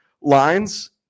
lines